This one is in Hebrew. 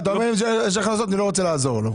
אומר אם יש לו הכנסות אני לא רוצה לעזור לו.